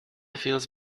feels